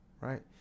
right